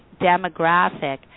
demographic